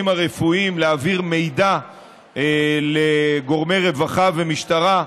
הרפואיים להעביר מידע לגורמי רווחה ומשטרה,